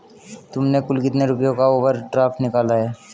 तुमने कुल कितने रुपयों का ओवर ड्राफ्ट निकाला है?